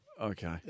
Okay